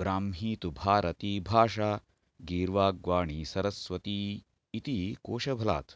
ब्राह्मी तु भारती भाषा गीर्वाग्वाणी सरस्वती इति कोशफलात्